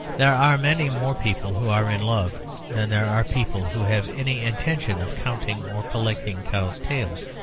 there are many more people who are in love than there are people who have any intention of counting or collecting cows' tails.